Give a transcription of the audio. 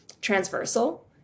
transversal